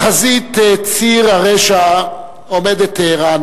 בחזית ציר הרשע עומדים טהרן